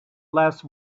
less